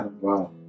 wow